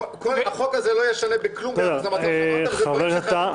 החוק הזה לא ישנה בכלום את --- חבר הכנסת כהנא.